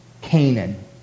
Canaan